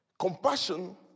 Compassion